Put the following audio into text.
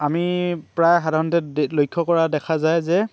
আমি প্ৰায় সাধাৰণতে দে লক্ষ্য কৰা দেখা যায় যে